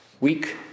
week